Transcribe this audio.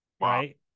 right